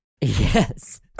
Yes